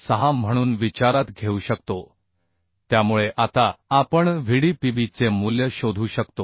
606 म्हणून विचारात घेऊ शकतो त्यामुळे आता आपण Vdpb चे मूल्य शोधू शकतो